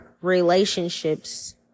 relationships